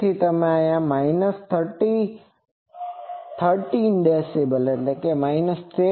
તેથી તેથી 13db